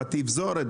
בתפזורת,